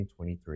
2023